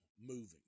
moving